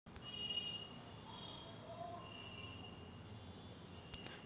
गव्हाच्या पिकात किती अंतर ठेवाव म्हनजे आवक जास्त होईन?